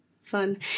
Fun